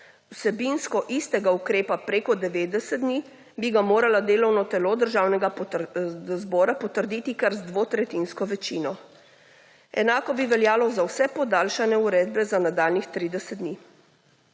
vsebinsko istega ukrepa preko 90 dni, bi ga moralo delovno telo Državnega zbora potrditi kar z dvotretjinsko večino. Enako bi veljalo za vse podaljšane uredbe za nadaljnjih 30 dni.